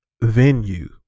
venue